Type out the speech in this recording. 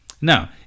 Now